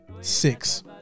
six